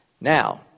Now